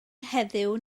heddiw